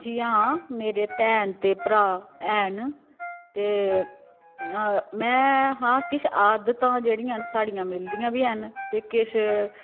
जियां मेरे भैन ते भ्राऽ हैन ते मै हां किश आदतां जेह्ड़ियां न साढ़ियां मिलदियां बी हैन ते किश